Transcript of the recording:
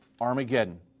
Armageddon